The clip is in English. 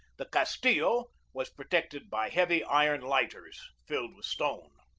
the castillo, was protected by heavy iron lighters filled with stone.